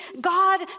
God